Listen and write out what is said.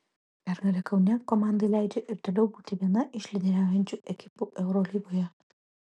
pergalė kaune komandai leidžia ir toliau būti viena iš lyderiaujančių ekipų eurolygoje